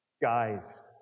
guys